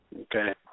Okay